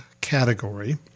category